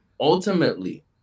ultimately